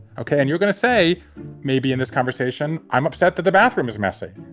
okay. and you're gonna say maybe in this conversation, i'm upset that the bathroom is messy.